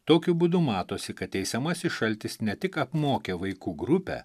tokiu būdu matosi kad teisiamasis šaltis ne tik apmokė vaikų grupę